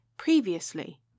Previously